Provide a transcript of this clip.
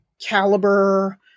caliber